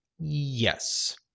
yes